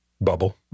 Bubble